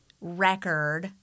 record